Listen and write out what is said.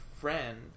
friend